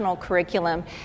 curriculum